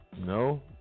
No